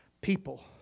people